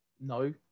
no